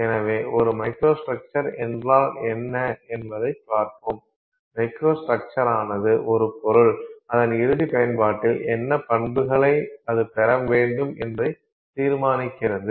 எனவே ஒரு மைக்ரோஸ்ட்ரக்சர் என்றால் என்ன என்பதைப் பார்ப்போம் மைக்ரோஸ்ட்ரக்சரானது ஒரு பொருள் அதன் இறுதி பயன்பாட்டில் என்ன பண்புகளை அது பெற வேண்டும் என்பதை தீர்மானிக்கிறது